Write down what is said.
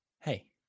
Hey